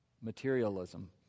Materialism